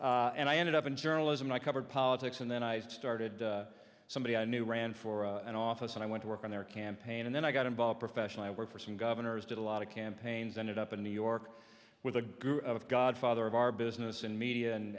and i ended up in journalism i covered politics and then i started somebody i knew ran for an office and i went to work on their campaign and then i got involved professional i work for some governors did a lot of campaigns ended up in new york with a group of godfather of our business in media and